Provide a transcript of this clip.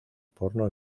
porno